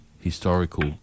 Historical